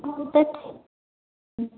ओ तऽ ठीक